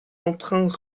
emprunts